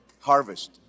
Harvest